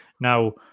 Now